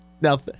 Now